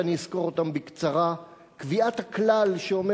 ואני אסקור אותם בקצרה: קביעת הכלל שאומר